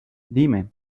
dime